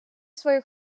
свою